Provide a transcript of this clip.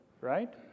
right